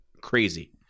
crazy